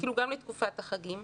כלומר גם לתקופת החגים.